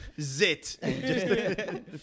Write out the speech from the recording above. Zit